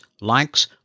likes